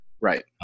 Right